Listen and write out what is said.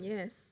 Yes